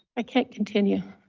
i can't continue.